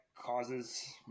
causes